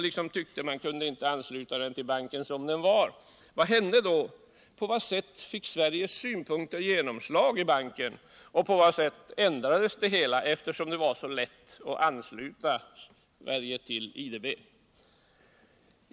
Ni som tyckte att Sverige inte kunde ansluta sig till banken förut kan väl svara på frågan: På vilket sätt fick Sveriges synpunkter genomslag i banken och på vilket sätt ändrades bankens policy, eftersom det var så lätt att ansluta Sverige till IDB?